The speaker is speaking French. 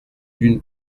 d’une